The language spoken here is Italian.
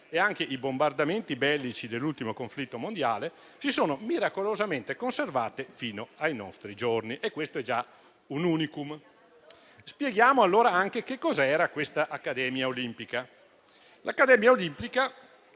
e i bombardamenti bellici dell'ultimo conflitto mondiale si sono miracolosamente conservate fino ai nostri giorni e questo è già un *unicum*. Spieghiamo allora cos'era questa Accademia Olimpica. L'Accademia Olimpica